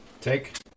Take